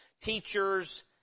teachers